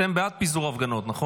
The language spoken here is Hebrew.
אתם בעד פיזור הפגנות, נכון?